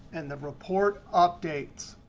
and the report updates.